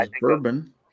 bourbon